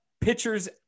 pitchers